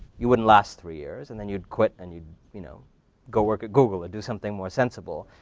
you wouldn't last three years and then you'd quit and you'd you know go work at google or do something more sensible.